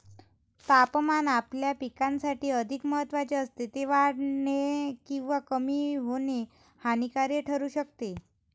तापमान आपल्या पिकासाठी अधिक महत्त्वाचे असते, ते वाढणे किंवा कमी होणे हानिकारक ठरू शकते